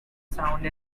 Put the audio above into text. sound